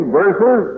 verses